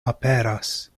aperas